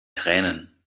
tränen